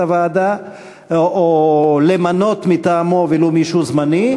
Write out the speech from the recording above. הוועדה או למנות מטעמו ולו מישהו זמני,